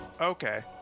okay